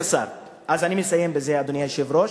אז אני מסיים בזה, אדוני היושב-ראש,